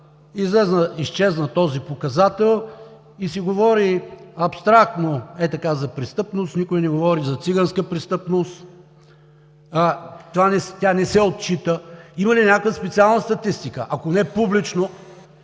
Изчезна този показател и се говори абстрактно, ей така, за престъпност, никой не говори за циганска престъпност, тя не се отчита. Има ли някаква специална статистика, ако не е публична,